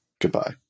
goodbye